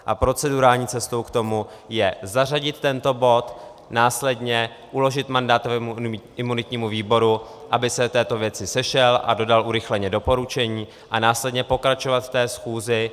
A procedurální cestou k tomu je zařadit tento bod, následně uložit mandátovému a imunitnímu výboru, aby se k této věci sešel a dodal urychleně doporučení a následně pokračovat v té schůzi.